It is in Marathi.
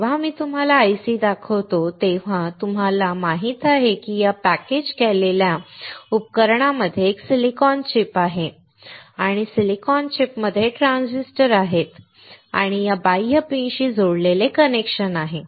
जेव्हा मी तुम्हाला हा IC दाखवतो तेव्हा आता तुम्हाला माहित आहे की या पॅकेज केलेल्या उपकरणामध्ये एक सिलिकॉन चिप आहे आणि सिलिकॉन चिप मध्ये ट्रान्झिस्टर आहेत आणि या बाह्य पिनशी जोडलेले कनेक्शन आहेत